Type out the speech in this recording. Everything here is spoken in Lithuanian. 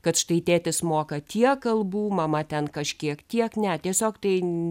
kad štai tėtis moka tiek kalbų mama ten kažkiek tiek ne tiesiog tai